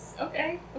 okay